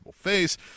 face